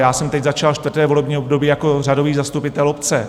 Já jsem teď začal čtvrté volební období jako řadový zastupitel obce.